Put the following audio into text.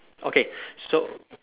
okay so